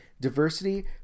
diversity